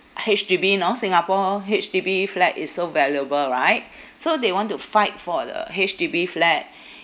H_D_B you know singapore H_D_B flat is so valuable right so they want to fight for the H_D_B flat